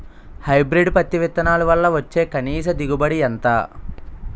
Hybrid పత్తి విత్తనాలు వల్ల వచ్చే కనీస దిగుబడి ఎంత?